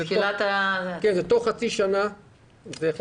זה תוך חצי שנה ממועד פרסום התקנות.